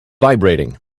vibrating